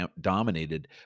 dominated